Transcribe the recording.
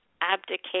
abdicate